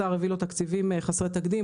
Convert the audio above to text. השר העברי עכשיו תקציבים חסרי תקדים,